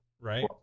Right